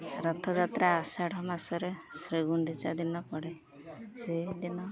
ରଥଯାତ୍ରା ଆଷାଢ଼ ମାସରେ ଶ୍ରଗୁଣ୍ଡିଚା ଦିନ ପଡ଼େ ସେହିଦିନ